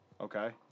Okay